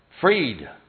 freed